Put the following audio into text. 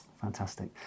Fantastic